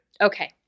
Okay